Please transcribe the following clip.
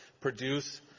produce